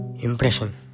Impression